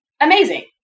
amazing